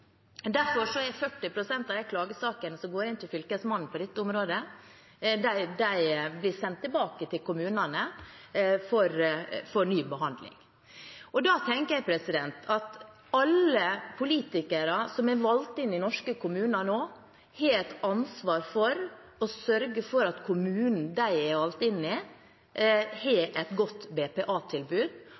Derfor blir 40 pst. av de klagesakene som går til Fylkesmannen på dette området, sendt tilbake til kommunene for ny behandling. Da tenker jeg at alle politikere som er valgt inn i norske kommuner nå, har et ansvar for å sørge for at kommunen de er valgt inn i, har et godt